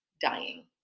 dying